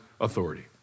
authority